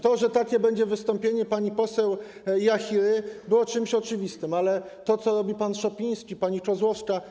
To, że takie będzie wystąpienie pani poseł Jachiry, było czymś oczywistym, ale to, co robi pan Szopiński, pani Kozłowska.